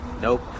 nope